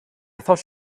thought